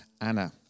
Anna